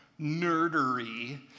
nerdery